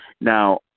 Now